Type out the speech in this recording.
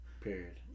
period